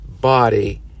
body